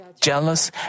jealous